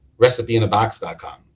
recipeinabox.com